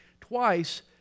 Twice